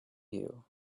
you